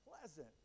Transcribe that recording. pleasant